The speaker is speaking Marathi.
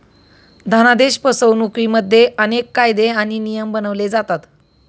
धनादेश फसवणुकिमध्ये अनेक कायदे आणि नियम बनवले जातात